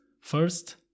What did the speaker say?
First